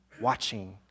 watching